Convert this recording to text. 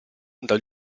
dal